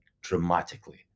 dramatically